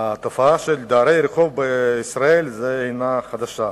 התופעה של דרי רחוב בישראל אינה חדשה.